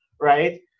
Right